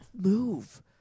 move